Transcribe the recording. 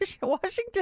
Washington